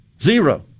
Zero